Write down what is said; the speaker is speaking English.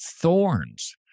thorns